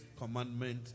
commandment